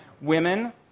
women